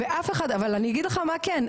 אבל אני אגיד לך מה כן,